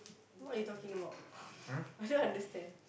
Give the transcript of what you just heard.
what you talking about I don't understand